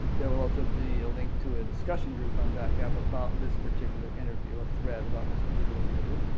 there will also be a link to a discussion group on batgap about this particular interview a thread about this particular interview.